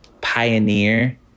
pioneer